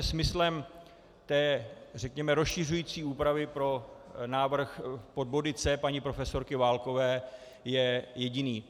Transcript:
Smysl té, řekněme, rozšiřující úpravy pro návrh pod body C paní profesorky Válkové je jediný.